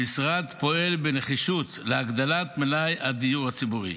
המשרד פועל בנחישות להגדלת מלאי הדיור הציבורי.